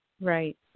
right